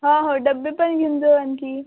हा हो डबे पण घेऊन जाऊ आणखी